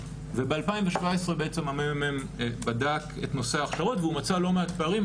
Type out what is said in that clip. וב-2017 בעצם המ"מ בדק את נושא ההכשרות והוא מצא לא מעט פערים,